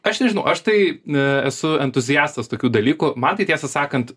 aš nežinau aš tai e esu entuziastas tokių dalykų man tai tiesą sakant